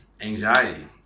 anxiety